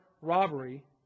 robbery